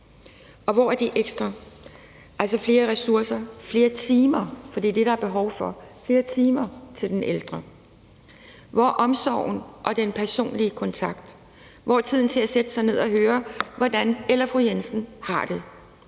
Og hvor er de flere ressourcer og flere timer? For det er det, der er behov for. Der er behov for flere timer til den ældre. Hvor er omsorgen og den personlige kontakt? Hvor er tiden til at sætte sig ned og høre, hvordan fru Jensen har det?